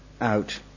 out